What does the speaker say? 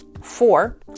Four